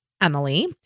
Emily